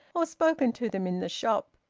or spoken to them in the shop.